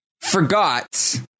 Forgot